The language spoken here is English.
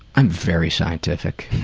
i'm very scientific.